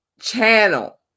channel